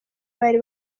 bari